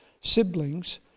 siblings